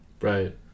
Right